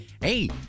Hey